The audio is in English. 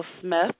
Smith